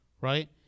right